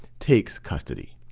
takes custody.